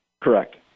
Correct